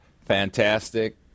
fantastic